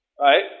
Right